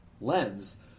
lens